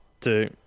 two